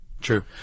True